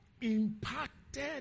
impacted